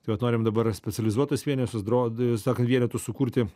tai vat norim dabar specializuotus vienetus dro sakant vienetus sukurti